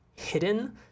hidden